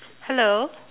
hello